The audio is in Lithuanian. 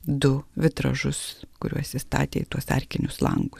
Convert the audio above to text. du vitražus kuriuos įstatė į tuos arkinius langus